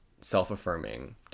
self-affirming